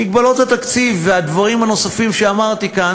מגבלות התקציב והדברים הנוספים שאמרתי כאן,